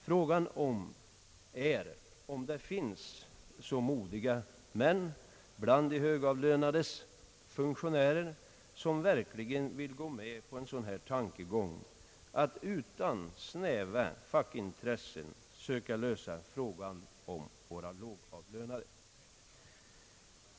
Frågan är om det finns så modiga män bland de högavlönades funktionärer, som verkligen vill gå med på tanken att utan snäva fackintressen söka lösa våra lågavlönades problem.